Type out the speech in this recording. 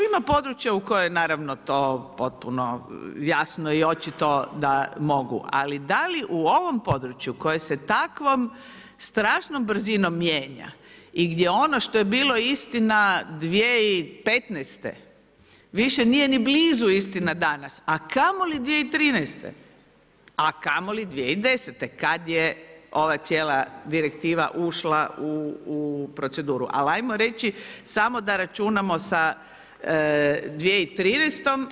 Ima područja u koja naravno to potpuno jasno i očito da mogu, ali da li u ovom području koje se takvom strašnom brzinom mijenja i gdje ono što je bilo istina 2015. više nije ni blizu istina danas, a kamoli 2013., a kamoli 2010. kada je ova cijela direktiva ušla u proceduru, ali ajmo reći samo da računamo sa 2013.